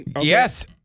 Yes